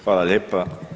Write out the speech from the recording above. Hvala lijepa.